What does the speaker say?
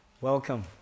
Welcome